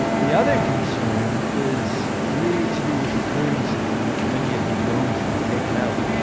the other concern is really to do with the currency in which many of these loans have been taken out.